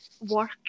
work